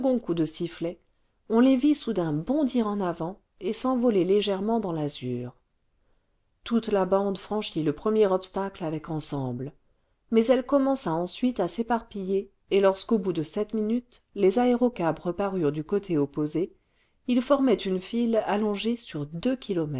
coup de sifflet on les vit soudain bondir en avant et s'envoler légèrement dans l'azur toute la bande franchit le premier obstacle avec ensemble mais elle commença ensuite à s'éparpiller et lorsqu'au bout de sept minutes les aérocabs reparurent clu côté opposé ils formaient une file allongée sur deux